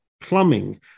plumbing